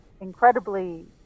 incredibly